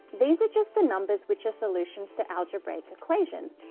these are just the numbers which are solutions to algebraic equations,